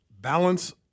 Balance